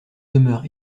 demeure